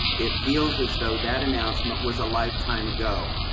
it feels as though that announcement was a lifetime ago.